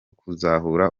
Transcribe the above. kuzahura